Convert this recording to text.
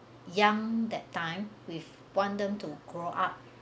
young that time with want them to grow up